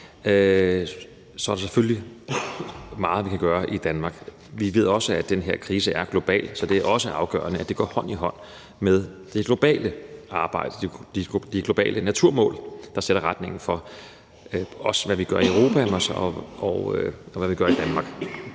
Så der er selvfølgelig meget, vi kan gøre i Danmark. Vi ved også, at den her krise er global, så det er også afgørende, at det går hånd i hånd med det globale arbejde og de globale naturmål, der sætter retningen for, hvad vi også gør i Europa, og hvad vi gør i Danmark.